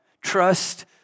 Trust